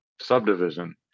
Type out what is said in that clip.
subdivision